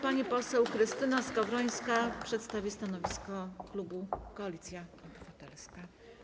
Pani poseł Krystyna Skowrońska przedstawi stanowisko klubu Koalicja Obywatelska.